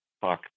fuck